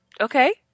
Okay